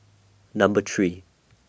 Number three